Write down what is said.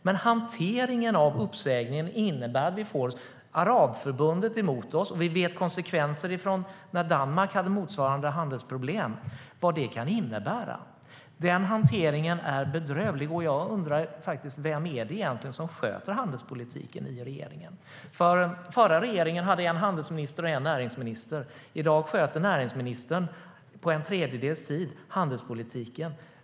Men hanteringen av uppsägningen innebär att vi får Arabförbundet emot oss, och vi vet konsekvenserna av det från när Danmark hade motsvarande handelsproblem. Hanteringen är bedrövlig. Och jag undrar vem det är som sköter handelspolitiken i regeringen egentligen. Den förra regeringen hade en handelsminister och en näringsminister. I dag sköter näringsministern handelspolitiken på en tredjedels tid.